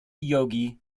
yogi